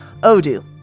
Odoo